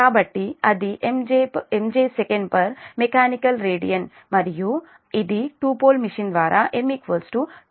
కాబట్టి అది MJ Sec Mech rad మరియు ఇది 2 పోల్ మెషిన్ ద్వారా M 12